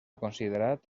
considerat